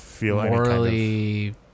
morally